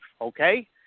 okay